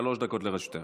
שלוש דקות לרשותך.